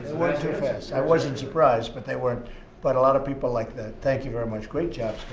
they weren't too fast. i wasn't surprised, but they weren't but a lot of people like that. thank you very much. great job, scott.